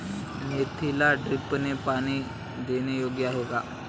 मेथीला ड्रिपने पाणी देणे योग्य आहे का?